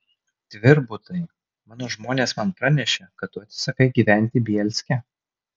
tvirbutai mano žmonės man pranešė kad tu atsisakai gyventi bielske